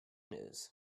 news